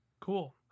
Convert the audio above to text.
Cool